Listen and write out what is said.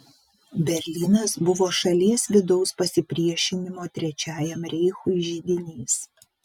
berlynas buvo šalies vidaus pasipriešinimo trečiajam reichui židinys